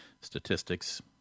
statistics